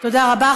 תודה רבה.